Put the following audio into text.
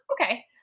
Okay